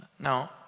Now